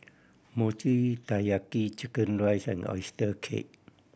Mochi Taiyaki chicken rice and oyster cake